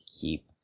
keep